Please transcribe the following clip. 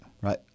Right